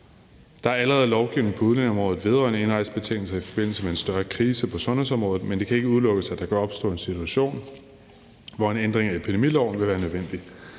Der er allerede lovgivning på udlændingeområdet vedrørende indrejsebetingelser i forbindelse med en større krise på sundhedsområdet, men det kan ikke udelukkes, at der kan opstå en situation, hvor en ændring af epidemiloven vil være nødvendig.